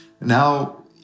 Now